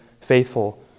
faithful